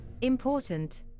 Important